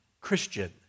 Christian